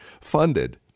funded